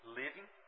living